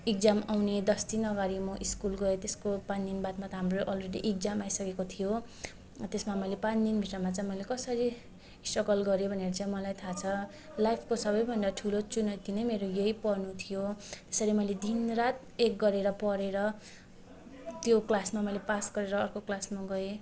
exam आउने दस दिन अगाडि म स्कुल गएँ त्यसको पाँच दिन बादमा त हाम्रो अलरेडी एक्जाम आइसकेको थियो त्यसमा मैले पाँच दिन भित्रमा चाहिँ मैले कसरी स्ट्रगल गर्यो भनेर चाहिँ मलाई थाहा छ लाइफको सबैभन्दा ठुलो चुनौती नै मेरो यहीँ पढ्नु थियो त्यसरी मैले दिनरात एक गरेर पढेर त्यो क्लासमा मैले पास गरेर अर्को क्लासमा गएँ